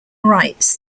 writes